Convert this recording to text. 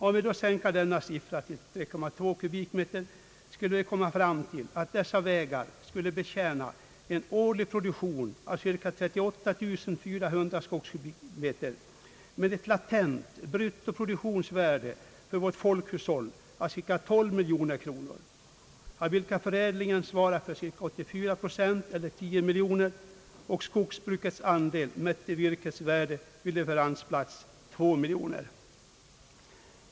Om vi sänkte denna siffra till 3,2 kubikmeter, skulle vi komma fram till att dessa vägar skulle betjäna en årlig produktion av cirka 38400 skogskubikmeter med ett latent bruttoproduktionsvärde för vårt folkhushåll av cirka 12 miljoner kronor, av vilket belopp förädlingen svarar för cirka 84 procent eller 10 miljoner kronor och skogsbrukets andel mätt i virkets värde vid leveransplats utgör 2 miljoner kronor.